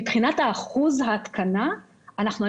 מבחינת אחוז ההתקנה של טכנולוגיה אזרחית